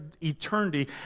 eternity